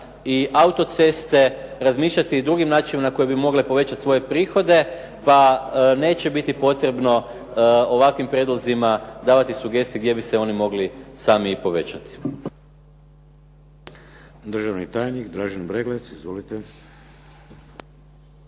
i autoceste razmišljati i drugim načinom na koji bi mogle povećati svoje prihode, pa neće biti potrebno ovakvim prijedlozima davati sugestije gdje bi se oni mogli sami i povećati. **Šeks, Vladimir (HDZ)** Državni tajnik Dražen Breglec. Izvolite.